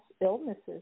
illnesses